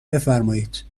بفرمایید